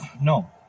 No